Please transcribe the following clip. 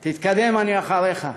תתקדם, אני אחריך.